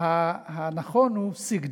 הנכון הוא סיגְד.